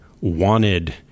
wanted